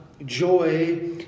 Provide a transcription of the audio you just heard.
joy